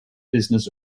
business